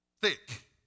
thick